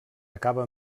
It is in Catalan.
acaba